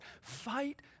Fight